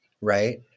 right